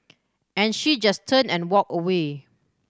and she just turned and walked away